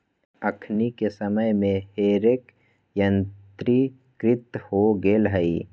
अखनि के समय में हे रेक यंत्रीकृत हो गेल हइ